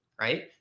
right